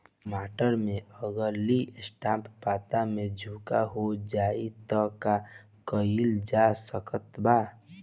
टमाटर में अगर लीफ स्पॉट पता में झोंका हो जाएँ त का कइल जा सकत बा?